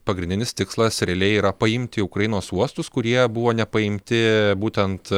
pagrindinis tikslas realiai yra paimti ukrainos uostus kurie buvo nepaimti būtent